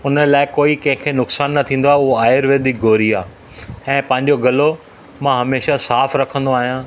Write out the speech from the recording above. उन लाइ कोई कंहिंखे नुक़सानु न थींदो आहे उहा आयुर्वेदिक गोरी आहे ऐं पंहिंजो गलो मां हमेशा साफ़ु रखंदो आहियां